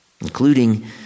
including